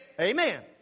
Amen